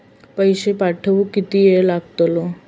पैशे पाठवुक किती वेळ लागतलो?